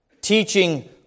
teaching